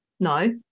No